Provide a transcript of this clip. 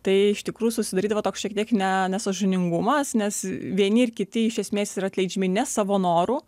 tai iš tikrųjų susidarydavo toks šiek tiek ne nesąžiningumas nes vieni ir kiti iš esmės yra atleidžiami ne savo noru